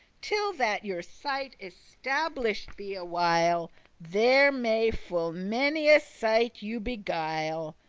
till that your sight establish'd be a while there may full many a sighte you beguile.